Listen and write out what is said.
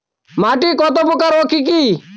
মাটি কতপ্রকার ও কি কী?